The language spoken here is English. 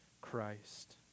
Christ